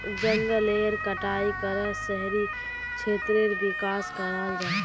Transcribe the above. जनगलेर कटाई करे शहरी क्षेत्रेर विकास कराल जाहा